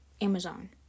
Amazon